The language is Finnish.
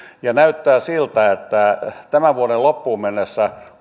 näyttää siltä että tämän vuoden loppuun mennessä